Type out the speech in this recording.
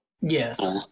Yes